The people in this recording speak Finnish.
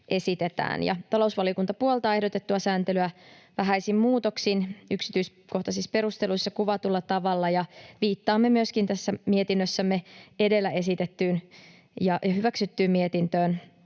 Talousvaliokunta puoltaa ehdotettua sääntelyä vähäisin muutoksin yksityiskohtaisissa perusteluissa kuvatulla tavalla. Viittaamme myöskin tässä mietinnössämme edellä esitettyyn ja hyväksyttyyn mietintöön,